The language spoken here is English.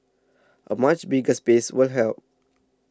a much bigger space will help